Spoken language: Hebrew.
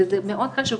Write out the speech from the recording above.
וזה מאוד חושב,